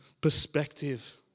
perspective